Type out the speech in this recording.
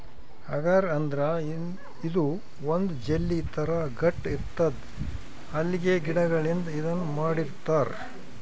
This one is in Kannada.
ಅಗರ್ ಅಂದ್ರ ಇದು ಒಂದ್ ಜೆಲ್ಲಿ ಥರಾ ಗಟ್ಟ್ ಇರ್ತದ್ ಅಲ್ಗೆ ಗಿಡಗಳಿಂದ್ ಇದನ್ನ್ ಮಾಡಿರ್ತರ್